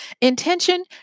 Intention